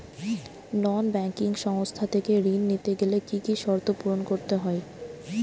নন banking সংস্থা থেকে ঋণ নিতে গেলে কি কি শর্ত পূরণ করতে হয়?